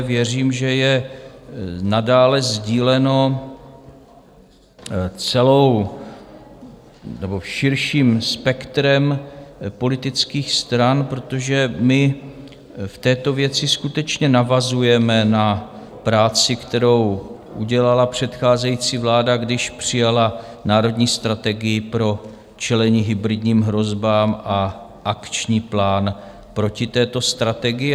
Věřím, že je nadále sdíleno širším spektrem politických stran, protože my v této věci skutečně navazujeme na práci, kterou udělala předcházející vláda, když přijala národní strategii pro čelení hybridním hrozbám a akční plán proti této strategii.